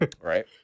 right